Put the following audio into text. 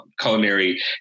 culinary